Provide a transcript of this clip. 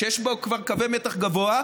שיש בו כבר קווי מתח גבוה,